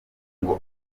ngo